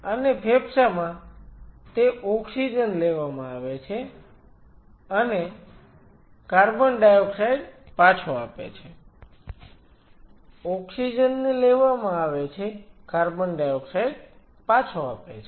અને ફેફસામાં તે ઓક્સિજન લેવામાં આવે છે અને કાર્બન ડાયોક્સાઈડ પાછો આપે છે O2 ને લેવામાં આવે છે CO2 પાછો આપે છે